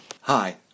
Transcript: Hi